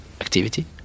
activity